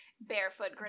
barefoot